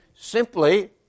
simply